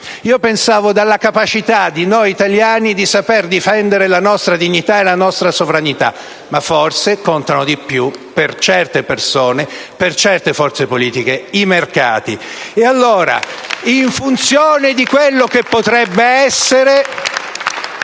noi italiani, dalla capacità di noi italiani di saper difendere la nostra dignità e la nostra sovranità. Ma forse contano di più, per certe persone, per certe forze politiche, i mercati. *(Applausi dal Gruppo M5S).* E allora, in funzione di quello che potrebbe essere,